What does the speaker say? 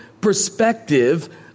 perspective